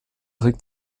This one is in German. trick